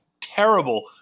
terrible